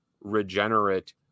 regenerate